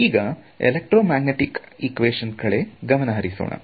ಈಗ electromagnetic equations ಕಡೆ ಗಮನಹರಿಸೋಣ